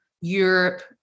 Europe